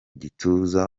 gituza